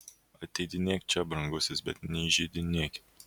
ateidinėk čia brangusis bet neįžeidinėkit